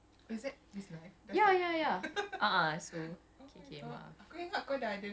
disconnect lag crash semua the whole cycle